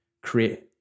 create